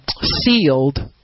sealed